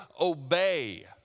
obey